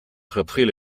reprit